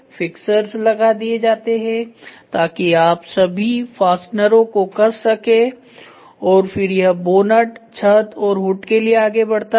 fixers लगा दिए जाते हैं ताकि आप सभी फास्टनरों को कस सकें और फिर यह बोनटछत और हुड के लिए आगे बढ़ता है